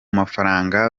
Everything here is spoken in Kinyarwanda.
mafaranga